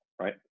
right